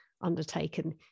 undertaken